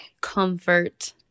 comfort